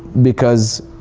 because